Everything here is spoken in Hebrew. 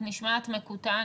את נשמעת מקוטע.